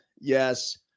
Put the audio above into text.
Yes